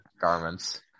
garments